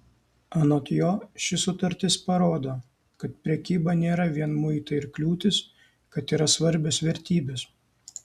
anot jo ši sutartis parodo kad prekyba nėra vien muitai ir kliūtys kad yra svarbios vertybės